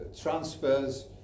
transfers